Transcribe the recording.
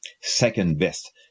second-best